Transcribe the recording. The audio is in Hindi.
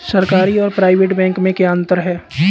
सरकारी और प्राइवेट बैंक में क्या अंतर है?